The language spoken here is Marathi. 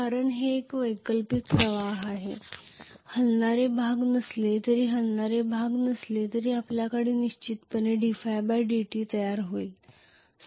कारण हे एक वैकल्पिक प्रवाह आहे हलणारे भाग नसले तरी हलणारे भाग नसले तरी आपल्याकडे निश्चितपणे dϕdt तयार होईल